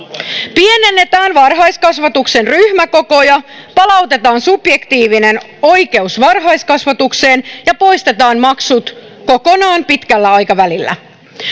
pienennetään varhaiskasvatuksen ryhmäkokoja palautetaan subjektiivinen oikeus varhaiskasvatukseen ja poistetaan maksut kokonaan pitkällä aikavälillä